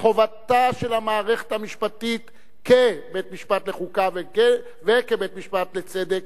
חובתה של המערכת המשפטית כבית-משפט לחוקה וכבית-משפט לצדק